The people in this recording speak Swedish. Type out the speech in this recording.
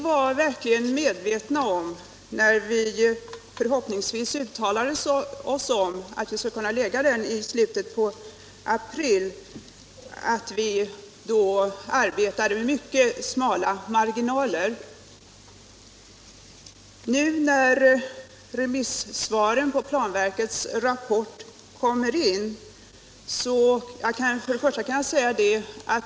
När vi uttalade förhoppningen att vi skulle kunna lägga fram den i slutet på april var vi starkt medvetna om att vi arbetade med mycket smala marginaler.